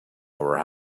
our